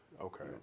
Okay